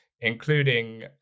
including